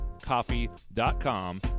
coffee.com